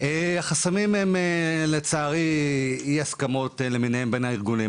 החסמים הם לצערי אי הסכמות למיניהן בין הארגונים,